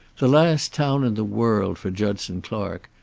the last town in the world for judson clark,